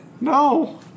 No